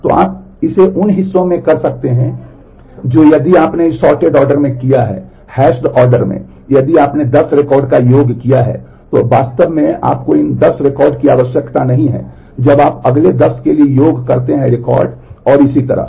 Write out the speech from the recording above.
तो आप इसे उन हिस्सों में कर सकते हैं जो यदि आपने इस सॉर्टेड आर्डर में यदि आपने 10 रिकॉर्ड का योग किया है तो आपको वास्तव में इन 10 रिकॉर्डों की आवश्यकता नहीं है जब आप अगले 10 के लिए योग करते हैं रिकॉर्ड और इसी तरह